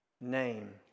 Name